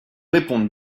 répondre